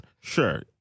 sure